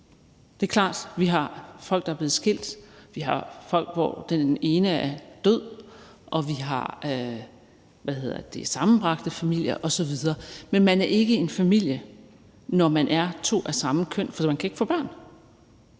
det er klart. Vi har mennesker, der er blevet skilt, vi har familier, hvor en er død, og vi har sammenbragte familier osv. Men man er ikke en familie, når man er to af samme køn, for man kan ikke få børn.